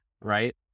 right